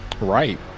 Right